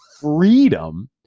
freedom